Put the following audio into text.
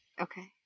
Okay